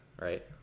right